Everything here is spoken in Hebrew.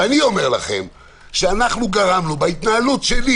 ואני אומר לכם שאנחנו גרמנו בהתנהלות שלי